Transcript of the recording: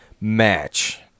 match